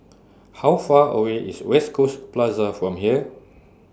How Far away IS West Coast Plaza from here